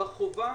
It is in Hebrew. בחובה